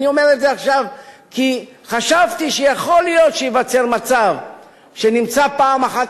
אני אומר את זה עכשיו כי חשבתי שיכול להיות שייווצר מצב שנמצא פעם אחת